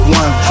one